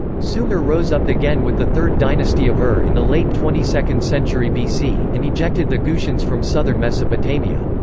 sumer rose up again with the third dynasty of ur in the late twenty second century bc, and ejected the gutians from southern mesopotamia.